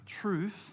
Truth